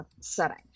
setting